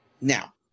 Now